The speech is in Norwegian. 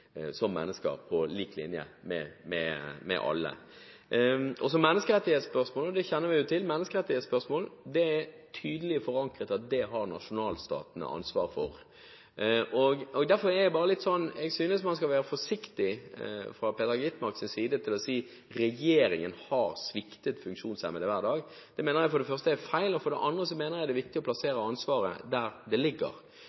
andre mennesker. Menneskerettighetsspørsmålet kjenner vi til. Det er tydelig forankret at det har nasjonalstaten ansvar for. Jeg synes man fra Peter Skovholt Gitmarks side skal være forsiktig med å si at regjeringen har sviktet funksjonshemmede hver dag. Det mener jeg for det første er feil. For det andre mener jeg det er viktig å